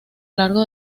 largo